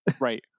right